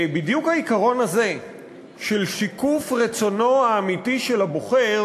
בדיוק העיקרון הזה של שיקוף רצונו האמיתי של הבוחר